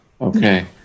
okay